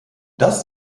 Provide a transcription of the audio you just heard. das